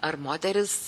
ar moterys